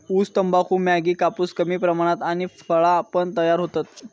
ऊस, तंबाखू, मॅगी, कापूस कमी प्रमाणात आणि फळा पण तयार होतत